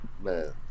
man